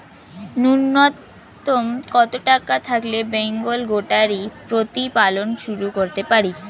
নূন্যতম কত টাকা থাকলে বেঙ্গল গোটারি প্রতিপালন শুরু করতে পারি?